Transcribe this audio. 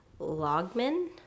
logman